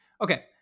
Okay